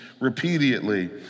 repeatedly